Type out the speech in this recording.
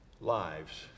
lives